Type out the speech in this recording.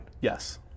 yes